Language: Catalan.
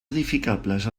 edificables